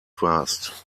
warst